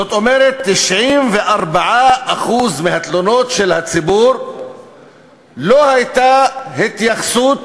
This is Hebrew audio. זאת אומרת שב-94% מהתלונות של הציבור לא הייתה התייחסות